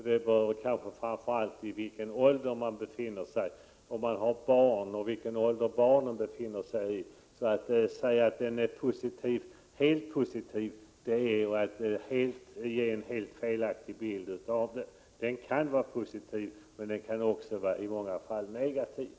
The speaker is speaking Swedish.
Detta beror kanske framför allt på vilken ålder de befinner sig i, om de har barn, vilken ålder barnen befinner sig i osv. Det är alltså en helt felaktig bild man ger om man säger att lagstiftningen enbart är positiv. Den kan vara positiv, men den kan också i många fall vara negativ.